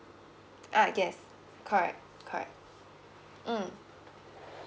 ah yes correct correct mm